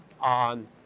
on